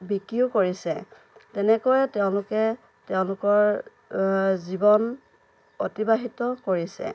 বিক্ৰীও কৰিছে তেনেকৈয়ে তেওঁলোকে তেওঁলোকৰ জীৱন অতিবাহিত কৰিছে